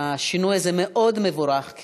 שהשינוי הזה מבורך מאוד,